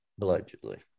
Allegedly